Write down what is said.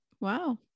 Wow